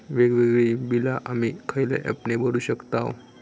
वेगवेगळी बिला आम्ही खयल्या ऍपने भरू शकताव?